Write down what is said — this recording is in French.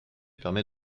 permet